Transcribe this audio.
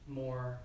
more